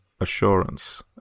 assurance